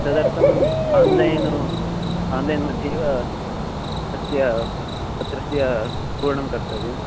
तदर्थम् online online मध्ये एव तस्य पत्रस्य पूरणं कर्तव्यं